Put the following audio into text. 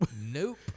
Nope